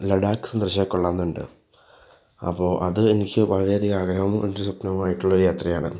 ലഡാക്ക് സന്ദർശിച്ചാൽ കൊള്ളാമെന്നുണ്ട് അപ്പോൾ അത് എനിക്ക് വളരെ അധികം ആഗ്രഹവും എൻ്റെ സ്വപ്നവുമായിട്ടുള്ള യാത്രയാണ്